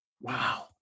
Wow